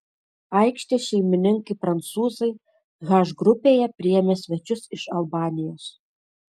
aikštės šeimininkai prancūzai h grupėje priėmė svečius iš albanijos